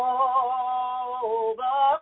over